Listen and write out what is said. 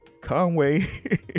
Conway